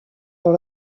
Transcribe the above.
dans